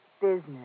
Business